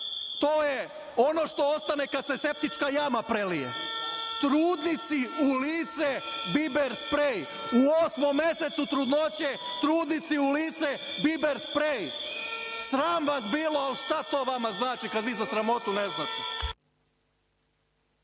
to je ono što ostane kada se septička jama prelije. Trudnici u lice biber sprej, u osmom mesecu trudnoće, trudnici u lice biber sprej. Sram vas bilo. Ali šta to vama znači kada vi za sramotu ne znate.